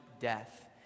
death